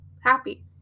happy